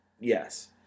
Yes